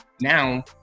now